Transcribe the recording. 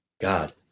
God